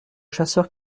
chasseur